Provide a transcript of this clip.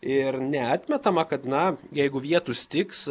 ir neatmetama kad na jeigu vietų stigs